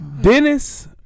Dennis